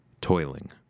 toiling